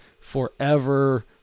forever